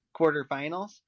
quarterfinals